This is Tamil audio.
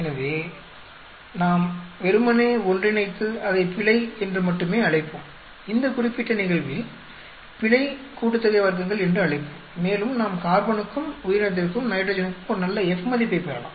எனவே நாம் வெறுமனே ஒன்றிணைத்து அதை பிழை என்று மட்டுமே அழைப்போம் இந்த குறிப்பிட்ட நிகழ்வில் பிழை கூட்டுத்தொகை வர்க்கங்கள் என்று அழைப்போம் மேலும் நாம் கார்பனுக்கும் உயிரினத்திற்கும் நைட்ரஜனுக்கும் ஒரு நல்ல F மதிப்பைப் பெறலாம்